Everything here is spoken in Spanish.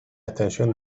extensión